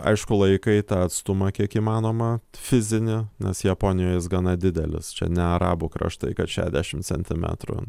aišku laikai tą atstumą kiek įmanoma fizinį nes japonijoj jis gana didelis čia ne arabų kraštai kad šešiasdešim centimetrų